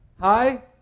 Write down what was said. Hi